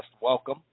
welcome